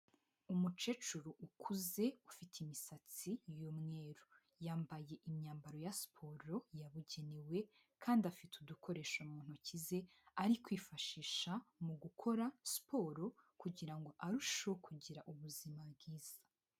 Umukecuru ukuze ufite imisatsi y'umweru, yambaye imyambaro ya siporo yabugenewe, kandi afite udukoresho mu ntoki ze, ari kwifashisha mu gukora siporo kugira ngo arusheho kugira ubuzima bwiza.